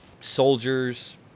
Soldiers